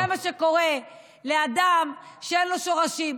זה מה שקורה לאדם שאין לו שורשים,